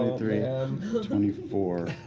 three, um twenty four,